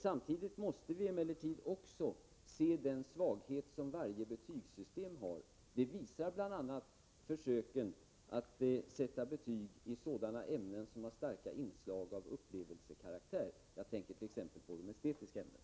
Samtidigt måste vi emellertid också se den svaghet som varje betygssystem har. Att svagheter finns visar bl.a. försöken att sätta betyg i sådana ämnen som har starka inslag av upplevelsekaraktär. Jag tänker t.ex. på de estetiska ämnena.